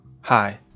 Hi